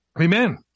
Amen